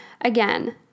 again